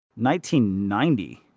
1990